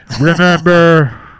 remember